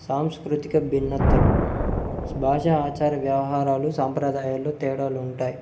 సాంస్కృతిక భిన్నతలు భాషా ఆచార వ్యవహారాలు సాంప్రదాయాల్లో తేడాలుంటాయి